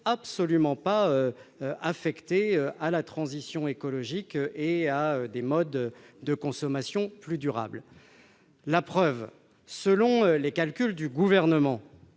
absolument pas affectées à la transition écologique et à des modes de consommation plus durables. À preuve, selon les calculs du Gouvernement,